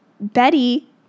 Betty